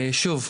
שוב,